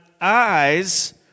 eyes